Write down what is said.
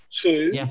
Two